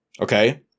Okay